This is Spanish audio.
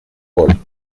gol